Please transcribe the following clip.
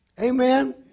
Amen